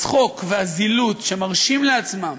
הצחוק והזילות שמרשים לעצמם,